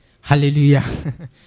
Hallelujah